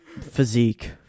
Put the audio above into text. physique